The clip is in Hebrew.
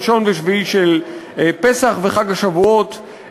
ראשון ושביעי של פסח וחג השבועות,